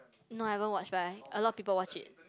no I haven't' watch but I a lot of people watch it